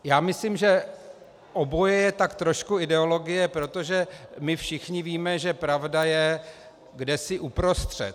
Já myslím, že oboje je tak trošku ideologie, protože my všichni víme, že pravda je kdesi uprostřed.